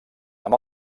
amb